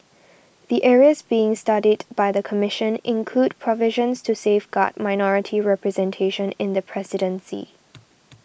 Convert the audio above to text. the areas being studied by the Commission include provisions to safeguard minority representation in the presidency